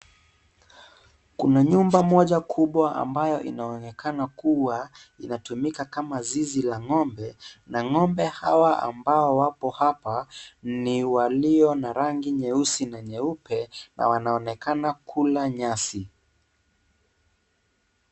Kuna nyumba moja kubwa ambayo inaonekana kuwa inatumika kama zizi la ngombe na ngombe hawa ambao wapo hapa ni walio na rangi nyeusi na nyeupe na wana onekana kula nyasi.